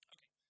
Okay